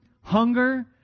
hunger